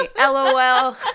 LOL